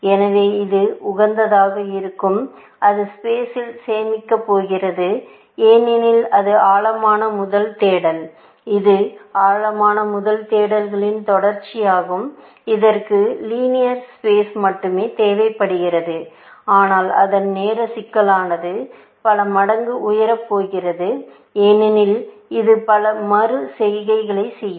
எனவே இது உகந்ததாக இருக்கும் அது ஸ்பேஸில் சேமிக்கப் போகிறது ஏனெனில் இது ஆழமான முதல் தேடல் இது ஆழமான முதல் தேடல்களின் தொடர்ச்சியாகும் இதற்கு லீனியர் ஸ்பேஸ்க்கு மட்டுமே தேவைப்படுகிறது ஆனால் அதன் நேர சிக்கலானது பல மடங்கு உயரப் போகிறது ஏனெனில் இது பல மறு செய்கைகளைச் செய்யும்